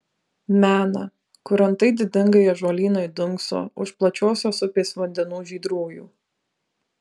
mena kur antai didingai ąžuolynai dunkso už plačiosios upės vandenų žydrųjų